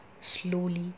slowly